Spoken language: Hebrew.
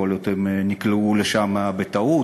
יכול להיות שהם נקלעו לשם בטעות,